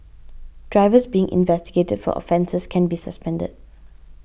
drivers being investigated for offences can be suspended